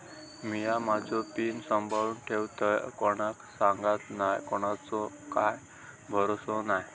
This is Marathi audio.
मिया माझो पिन सांभाळुन ठेवतय कोणाक सांगत नाय कोणाचो काय भरवसो नाय